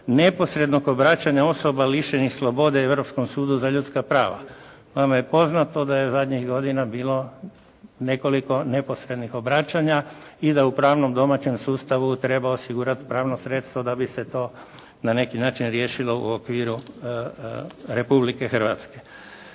neposrednog obraćanja lišenih slobode u Europskom sudu za ljudska prava. Nama je poznato da je zadnjih godina bilo nekoliko neposrednih obraćanja i da u pravnom domaćem sustavu treba osigurati pravno sredstvo da bi se to na neki način riješilo u okviru Republike Hrvatske.